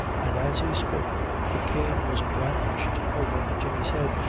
and, as he spoke, the cane was brandished over jemmy's head,